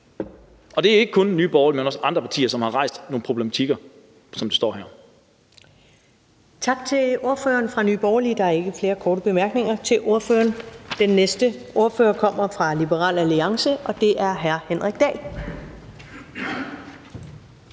Og det er jo ikke kun Nye Borgerlige, men også andre partier, som har rejst nogle problematikker i forhold til det, som det står her. Kl. 15:16 Første næstformand (Karen Ellemann): Tak til ordføreren fra Nye Borgerlige. Der er ikke flere korte bemærkninger til ordføreren. Den næste ordfører kommer fra Liberal Alliance, og det er hr. Henrik Dahl.